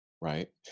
right